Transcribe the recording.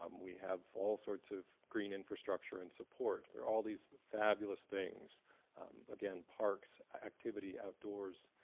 um we have all sorts of green infrastructure and support, they're all these fabulous things again parks, activity outdoors,